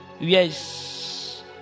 yes